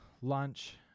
lunch